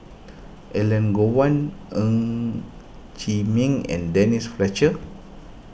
Elangovan Ng Chee Meng and Denise Fletcher